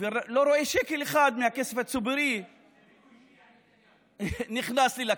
ולא רואה שקל אחד מהכסף הציבורי נכנס לי לכיס.